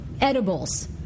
Edibles